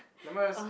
never mind just